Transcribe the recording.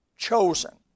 chosen